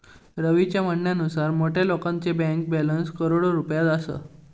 रवीच्या म्हणण्यानुसार मोठ्या लोकांचो बँक बॅलन्स करोडो रुपयात असा